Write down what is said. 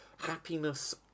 Happiness